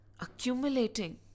accumulating